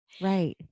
right